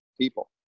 people